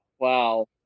Wow